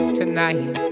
tonight